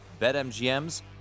BetMGM's